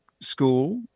school